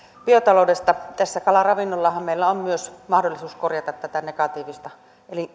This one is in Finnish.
biotaloudesta tässä kalaravinnollahan meillä on myös mahdollisuus korjata tätä negatiivista